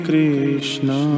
Krishna